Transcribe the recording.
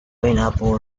pineapple